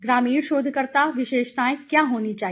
ग्रामीण शोधकर्ता विशेषताएँ क्या होनी चाहिए